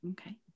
Okay